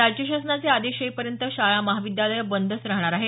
राज्य शासनाचे आदेश येईपर्यंत शाळा महाविद्यालयं बंदच राहणार आहेत